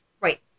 Right